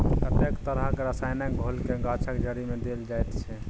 कतेको तरहक रसायनक घोलकेँ गाछक जड़िमे देल जाइत छै